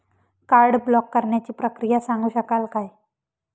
Card block करण्याची प्रक्रिया सांगू शकाल काय?